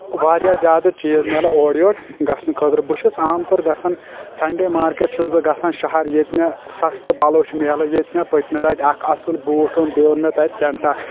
واریاہ زیادٕ چیٖز مِلان اورٕ یور گژھنہٕ خٲطرٕ بہٕ چھُس عام طور گژھان سنڈے مارکیٚٹ چھُس بہٕ گژھان شہر ییٚتہِ مےٚ سستہٕ پلو چھِ مِلان ییتہِ مےٚ پٔتۍمہِ لٹہِ اکھ اصٕل بوٗٹھ اوٚن بییٚہِ اوٚن مےٚ تتۍ پیٚنٛٹ اکھ